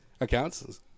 accounts